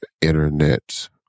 internet